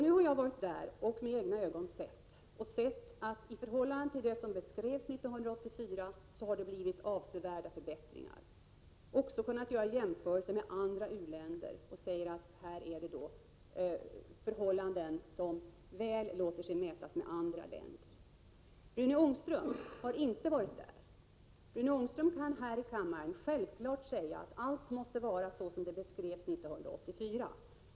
Nu har jag varit där och med egna ögon sett att jämfört med vad som beskrevs 1984 har det blivit avsevärda förbättringar. Jag har också kunnat göra jämförelser med andra u-länder och har sett att förhållandena väl låter sig mätas med andra länders förhållanden. Rune Ångström har inte varit på platsen. Men han kan här i kammaren med självklarhet säga att allt måste vara så som det beskrevs 1984.